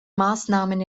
maßnahmen